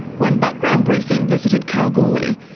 when background briefing visited kalgoorlie,